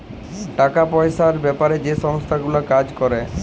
টাকা পয়সার বেপারে যে সংস্থা গুলা কাজ ক্যরে